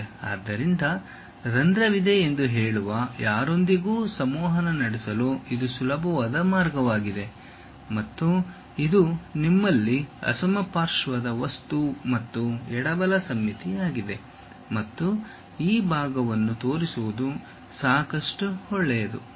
ಆದ್ದರಿಂದ ರಂಧ್ರವಿದೆ ಎಂದು ಹೇಳುವ ಯಾರೊಂದಿಗೂ ಸಂವಹನ ನಡೆಸಲು ಇದು ಸುಲಭವಾದ ಮಾರ್ಗವಾಗಿದೆ ಮತ್ತು ಇದು ನಿಮ್ಮಲ್ಲಿ ಅಸಮಪಾರ್ಶ್ವದ ವಸ್ತು ಮತ್ತು ಎಡ ಬಲ ಸಮ್ಮಿತಿಯಾಗಿದೆ ಮತ್ತು ಈ ಭಾಗವನ್ನು ತೋರಿಸುವುದು ಸಾಕಷ್ಟು ಒಳ್ಳೆಯದು